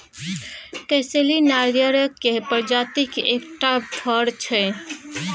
कसैली नारियरक प्रजातिक एकटा फर छै